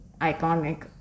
iconic